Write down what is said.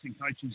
coaches